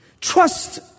Trust